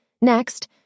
Next